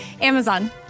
Amazon